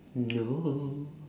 no